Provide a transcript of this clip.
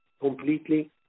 completely